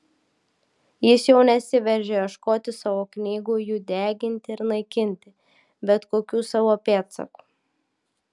jis jau nesiveržė ieškoti savo knygų jų deginti ir naikinti bet kokių savo pėdsakų